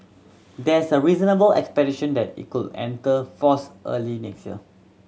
there's a reasonable expectation that it could enter force early next year